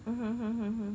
mm mm mm mm